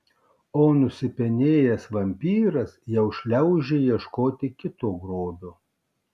o nusipenėjęs vampyras jau šliaužia ieškoti kito grobio